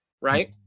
Right